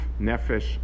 nefesh